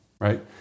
Right